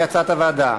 כהצעת הוועדה.